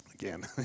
Again